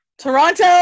Toronto